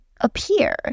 appear